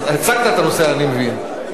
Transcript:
הצגת את הנושא, אני מבין.